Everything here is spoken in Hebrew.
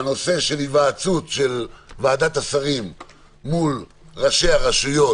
הנושא של היוועצות של ועדת השרים מול ראשי הרשויות,